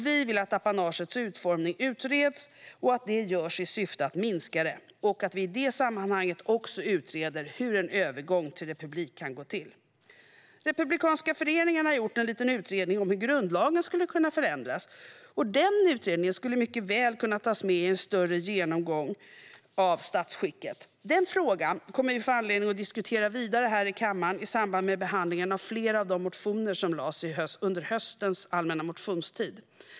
Vi vill att apanagets utformning utreds i syfte att minska det och att det i det sammanhanget också utreds hur en övergång till republik kan gå till. Republikanska föreningen har gjort en liten utredning om hur grundlagen skulle kunna förändras, och denna utredning skulle mycket väl kunna tas med i en större genomgång av statsskicket. Denna fråga får vi anledning att diskutera vidare i kammaren i samband med behandlingen av flera motioner som väcktes under höstens allmänna motionstid.